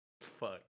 Fuck